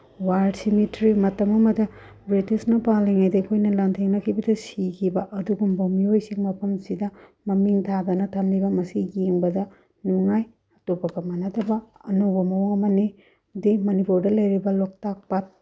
war cemetery ꯃꯇꯝ ꯑꯃꯗ ꯕ꯭ꯔꯤꯇꯤꯁꯅ ꯄꯥꯜꯂꯤꯉꯩꯗ ꯑꯩꯈꯣꯏꯅ ꯂꯥꯟꯊꯦꯡꯅꯈꯤꯕꯗ ꯁꯤꯈꯤꯕ ꯑꯗꯨꯒꯨꯝꯕ ꯃꯤꯑꯣꯏꯁꯤꯡ ꯃꯐꯝꯁꯤꯗ ꯃꯃꯤꯡ ꯊꯥꯗꯅ ꯊꯝꯂꯤꯕ ꯃꯁꯤ ꯌꯦꯡꯕꯗ ꯅꯨꯡꯉꯥꯏ ꯑꯇꯣꯞꯄꯒ ꯃꯥꯟꯅꯗꯕ ꯑꯅꯧꯕ ꯃꯑꯣꯡ ꯑꯃꯅꯤ ꯑꯃꯗꯤ ꯃꯅꯤꯄꯨꯔꯗ ꯂꯩꯔꯤꯕ ꯂꯣꯛꯇꯥꯛ ꯄꯥꯠ